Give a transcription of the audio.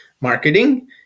marketing